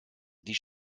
die